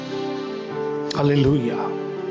Hallelujah